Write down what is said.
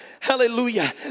Hallelujah